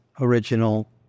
original